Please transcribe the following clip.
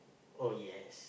oh yes